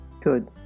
good